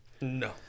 No